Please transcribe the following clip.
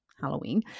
Halloween